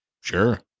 Sure